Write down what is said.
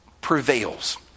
prevails